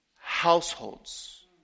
households